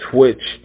Twitch